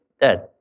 dead